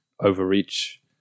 overreach